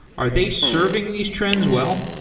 are they serving these trends well?